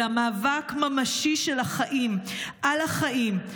אלא מאבק ממשי של החיים על החיים,